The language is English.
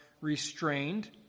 restrained